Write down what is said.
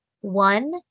one